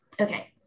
Okay